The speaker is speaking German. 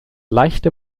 leichte